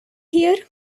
here